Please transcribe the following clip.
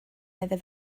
meddai